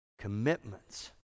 commitments